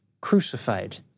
crucified